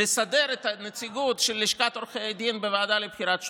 לסדר את נציגות לשכת עורכי הדין בוועדה לבחירת שופטים.